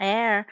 Air